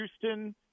Houston